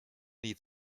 nie